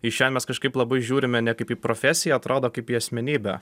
į šią mes kažkaip labai žiūrime ne kaip į profesiją atrodo kaip į asmenybę